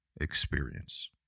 Experience